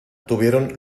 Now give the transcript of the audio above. tuvieron